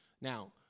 Now